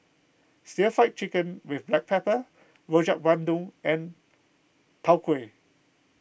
Stir Fry Chicken with Black Pepper Rojak Bandung and Tau Huay